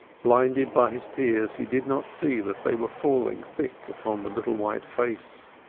blinded by his tears, he did not see that they were falling thick upon the little white face.